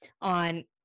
on